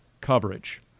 coverage